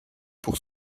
pour